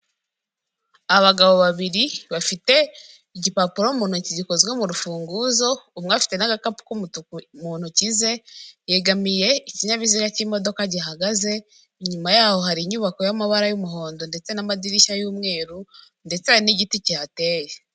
Abagabo babiri bafite igipapuro mu ntoki gikozwe mu rufunguzo, umwe afite n'agakapu k'umutuku mu ntoki ze, yegamiye ikinyabiziga cy'imodoka gihagaze, inyuma yaho hari inyubako y'amabara y'umuhondo ndetse n'amadirishya y'umweru ndetse hari n'igiti kihateye.